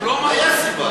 הייתה סיבה.